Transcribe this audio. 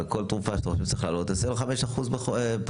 יש אפשרות שעל כל תרופה שצריכה לעלות תעשה 5% פחות.